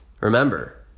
remember